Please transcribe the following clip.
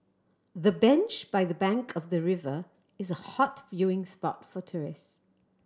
the bench by the bank of the river is a hot viewing spot for tourist